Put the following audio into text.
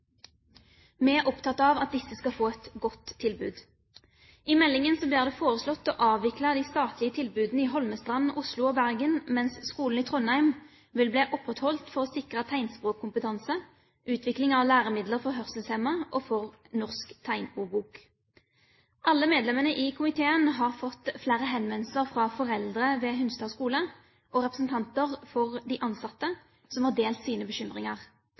Vi er opptatt av at disse skal få et godt tilbud. I meldingen blir det foreslått å avvikle de statlige tilbudene i Holmestrand, Oslo og Bergen, mens skolen i Trondheim vil bli opprettholdt for å sikre tegnspråkkompetanse, utvikling av læremidler for hørselshemmede og ansvaret for norsk tegnordbok. Alle medlemmene i komiteen har fått flere henvendelser fra foreldre ved Hunstad skole og representanter for de ansatte, som har delt sine bekymringer.